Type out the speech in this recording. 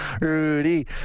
Rudy